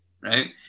right